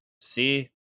see